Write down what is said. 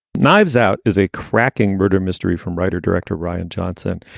knives out is a cracking murder mystery from writer director ryan johnson.